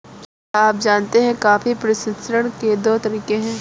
क्या आप जानते है कॉफी प्रसंस्करण के दो तरीके है?